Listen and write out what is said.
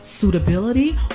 suitability